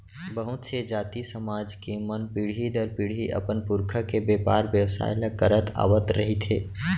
बहुत से जाति, समाज के मन पीढ़ी दर पीढ़ी अपन पुरखा के बेपार बेवसाय ल करत आवत रिहिथे